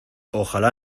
ojalá